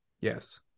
Yes